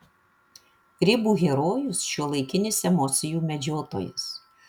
ribų herojus šiuolaikinis emocijų medžiotojas